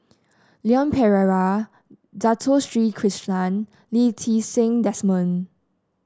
Leon Perera Dato Sri Krishna Lee Ti Seng Desmond